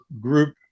group